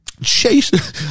Chase